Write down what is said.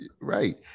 right